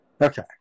Okay